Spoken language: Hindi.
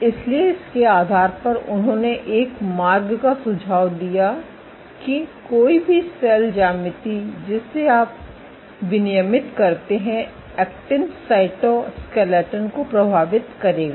इसलिए इसके आधार पर उन्होंने एक मार्ग का सुझाव दिया कि कोई भी सेल ज्यामिति जिसे आप विनियमित करते हैं एक्टिन साइटोस्केलेटन को प्रभावित करेगा